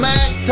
Mac